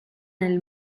nel